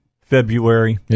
february